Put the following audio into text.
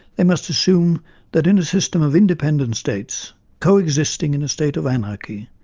they must assume that in a system of independent states coexisting in a state of anarchy,